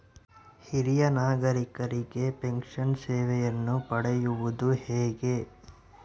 ಹಿರಿಯ ನಾಗರಿಕರಿಗೆ ಪೆನ್ಷನ್ ಸೇವೆಯನ್ನು ಪಡೆಯುವುದು ಹೇಗೆ?